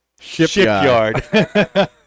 shipyard